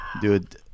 Dude